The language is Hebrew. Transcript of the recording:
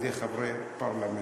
על-ידי חברי פרלמנט.